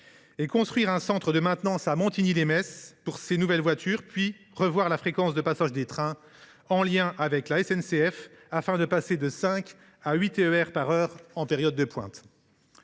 et construire un centre de maintenance à Montigny lès Metz pour ces nouvelles voitures, puis revoir la fréquence de passage des trains en lien avec la SNCF, afin de passer de cinq à huit TER par heure en période de pointe.